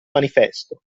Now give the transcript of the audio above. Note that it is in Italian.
manifesto